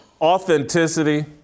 Authenticity